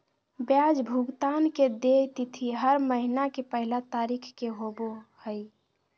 ब्याज भुगतान के देय तिथि हर महीना के पहला तारीख़ के होबो हइ